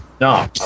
No